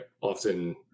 often